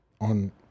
on